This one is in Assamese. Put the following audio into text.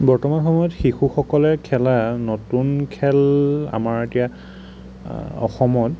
বৰ্তমান সময়ত শিশুসকলে খেলা নতুন খেল আমাৰ এতিয়া অসমত